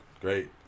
Great